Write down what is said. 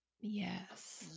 Yes